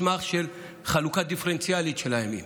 מסמך של חלוקה דיפרנציאלית של הימים.